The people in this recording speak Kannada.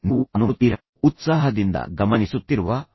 ನಿಮ್ಮನ್ನು ಉತ್ಸಾಹದಿಂದ ಗಮನಿಸುತ್ತಿರುವ ಆ ಕೆಲಸ ಯಾವುದು